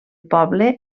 poble